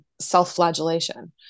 self-flagellation